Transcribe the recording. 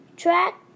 Track